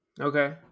Okay